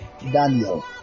Daniel